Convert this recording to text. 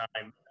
time